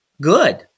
Good